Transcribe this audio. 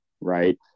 right